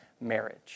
marriage